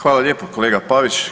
Hvala lijepo kolega Pavić.